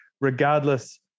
regardless